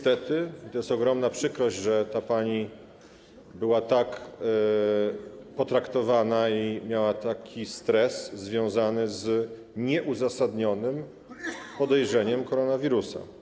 To ogromna przykrość, że ta pani była tak potraktowana i miała taki stres związany z nieuzasadnionym podejrzeniem koronawirusa.